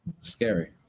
Scary